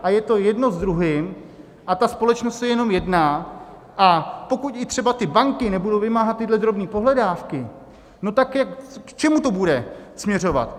A je to jedno s druhým a společnost je jenom jedna, a pokud i třeba banky nebudou vymáhat tyhle drobné pohledávky, tak k čemu to bude směřovat?